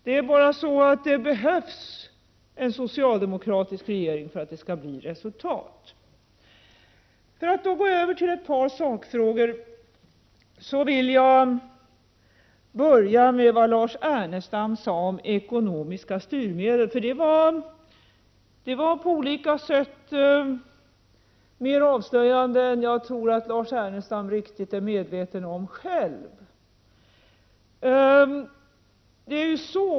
Det är bara så att det behövs en socialdemokratisk regering för att det skall bli resultat. För att då gå över till ett par sakfrågor vill jag börja med vad Lars Ernestam sade om ekonomiska styrmedel. Det var på olika sätt mer avslöjande än jag tror att Lars Ernestam riktigt är medveten om själv.